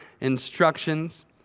instructions